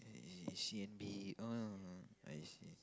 C_N_B oh I see